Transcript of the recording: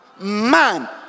man